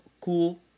cool